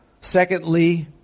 Secondly